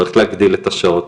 צריך להגדיל את השעות.